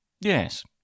Yes